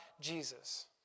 Jesus